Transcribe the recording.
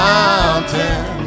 mountain